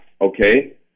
okay